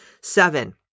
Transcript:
seven